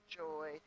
joy